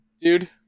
dude